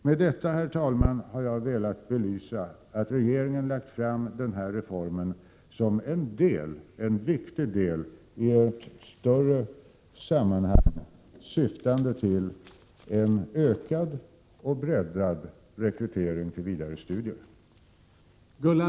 Med detta, herr talman, har jag velat belysa det förhållandet att regeringen ser studiemedelsreformen som en viktig del i ett större system, syftande till att få till stånd en ökad och breddad rekrytering till vidare studier.